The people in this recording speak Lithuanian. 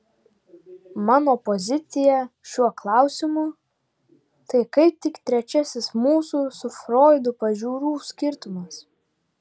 mano pozicija šiuo klausimu tai kaip tik trečiasis mūsų su froidu pažiūrų skirtumas